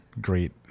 great